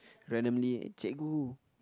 randomly cikgu